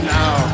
now